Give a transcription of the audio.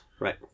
Right